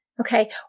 Okay